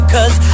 Cause